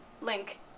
Link